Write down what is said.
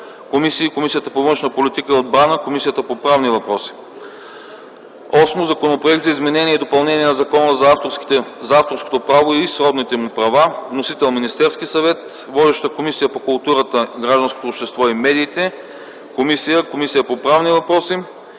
Комисията по външна политика и отбрана и Комисията по правни въпроси. 8. Законопроект за изменение и допълнение на Закона за авторското право и сродните му права. Вносител – Министерският съвет. Водеща е Комисията по културата, гражданското общество и медиите. Разпределен е и на Комисията по правни въпроси.